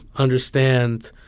understand,